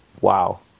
wow